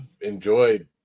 enjoyed